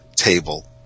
table